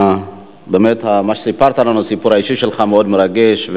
באמת מה שסיפרת לנו, הסיפור שלך, מאוד מרגש.